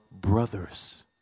brothers